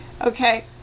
Okay